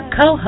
co